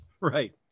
right